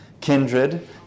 kindred